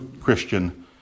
Christian